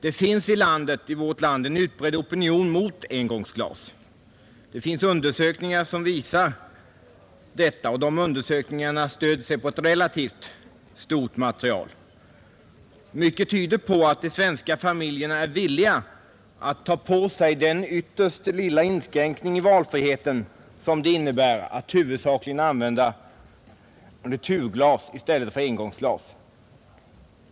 Det finns i vårt land en utbredd opinion mot engångsglas. Undersökningar har visat detta, och dessa undersökningar stöder sig på ett relativt stort material. Mycket tyder på att de svenska familjerna är villiga att ta på sig den ytterst lilla inskränkning i valfriheten som det innebär att huvudsakligen använda returglas i stället för engångsglas.